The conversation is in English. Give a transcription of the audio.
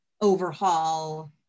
overhaul